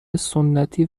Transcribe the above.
سنتی